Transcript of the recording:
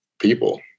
people